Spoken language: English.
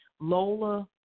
Lola